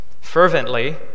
fervently